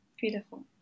Beautiful